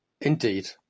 Indeed